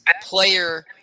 player